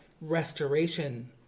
restoration